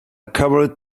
covered